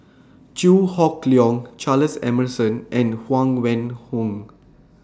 Chew Hock Leong Charles Emmerson and Huang Wenhong